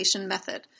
method